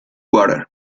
water